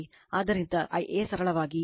ಆದ್ದರಿಂದ Ia ಸರಳವಾಗಿ VL√ 3 Zy ಕೋನ 30